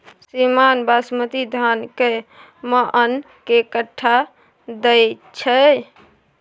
श्रीमान बासमती धान कैए मअन के कट्ठा दैय छैय?